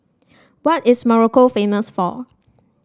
what is Morocco famous for